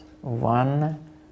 One